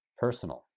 Personal